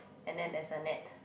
and then there's a net